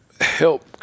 help